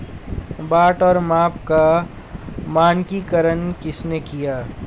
बाट और माप का मानकीकरण किसने किया?